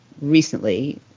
recently